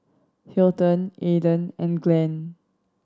Hilton Aidan and Glen